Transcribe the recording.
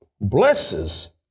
blesses